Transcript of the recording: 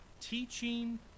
teaching